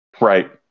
Right